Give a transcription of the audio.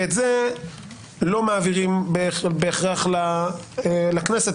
ואת זה לא מעבירים בהכרח לכנסת,